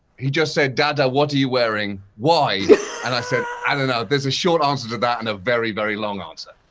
he just said dada what are you wearing, why? and i said, i don't know, there's a short answer to that and a very, very long answer.